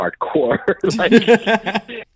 hardcore